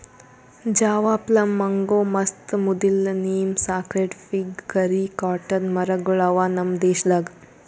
Java plum, mango, ಮಸ್ತ್, ಮುದಿಲ್ಲ, neem, sacred fig, ಕರಿ, ಕಾಟನ್ ಮರ ಗೊಳ್ ಅವಾ ನಮ್ ದೇಶದಾಗ್